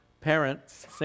parents